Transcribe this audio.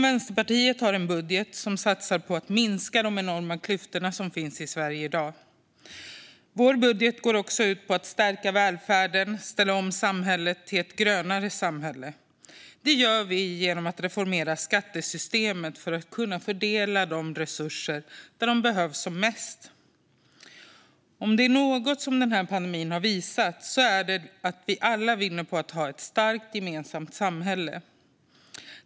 Vänsterpartiet har en budget som satsar på att minska de enorma klyftorna som finns i Sverige i dag. Vår budget går också ut på att stärka välfärden och ställa om samhället till ett grönare samhälle. Det gör vi genom att reformera skattesystemet för att kunna fördela resurser där de behövs som mest. Om det är något som den här pandemin visat är det att vi alla vinner på att ha ett starkt, gemensamt samhälle.